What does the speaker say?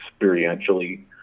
experientially